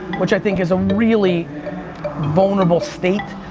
which i think is a really vulnerable state,